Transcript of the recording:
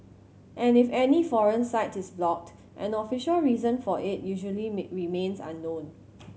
and if any foreign site is blocked an official reason for it usually may remains unknown